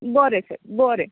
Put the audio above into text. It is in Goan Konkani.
बरें सर बरें